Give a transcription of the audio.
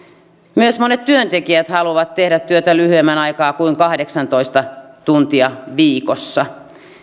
monet työntekijät myös haluavat tehdä työtä lyhyemmän aikaa kuin kahdeksantoista tuntia viikossa